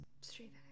Straight